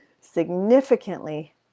significantly